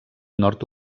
nord